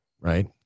right